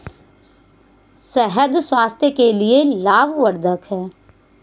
शहद स्वास्थ्य के लिए लाभवर्धक है